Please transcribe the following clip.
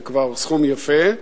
זה כבר סכום יפה.